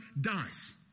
dies